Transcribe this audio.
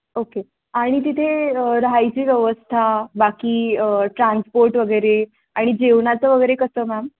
okay आणि तिथे राहायची व्यवस्था बाकी ट्रान्सपोर्ट वगैरे आणि जेवणाचं वगैरे कसं मॅम